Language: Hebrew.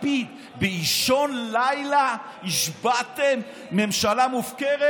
לפיד, באישון לילה השבעתם ממשלה מופקרת.